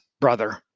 brother